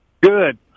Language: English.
Good